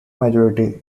majority